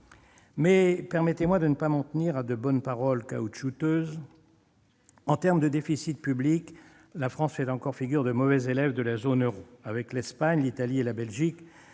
Mais permettez-moi de ne pas m'en tenir à de bonnes paroles caoutchouteuses. En termes de déficit public, la France fait encore figure de mauvaise élève de la zone euro. Avec l'Espagne, l'Italie et la Belgique,